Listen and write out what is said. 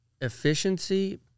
efficiency